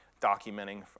documenting